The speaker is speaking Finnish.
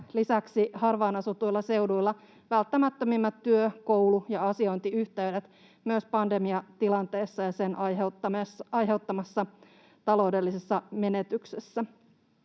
lisäksi harvaan asutuilla seuduilla välttämättömimmät työ-, koulu- ja asiointiyhteydet myös pandemiatilanteessa ja sen aiheuttamassa taloudellisessa menetyksessä.